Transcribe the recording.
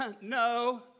No